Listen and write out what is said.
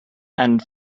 and